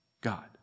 God